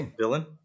villain